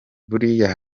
buriya